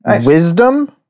Wisdom